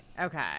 Okay